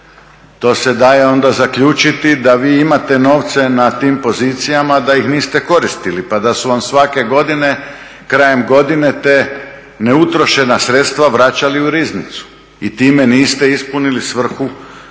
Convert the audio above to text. To se da onda zaključiti da vi imate novce na tim pozicijama, a da ih niste koristili pa da su vam svake godine krajem godine te neutrošena sredstva vraćali u riznicu. I time niste ispunili svrhu za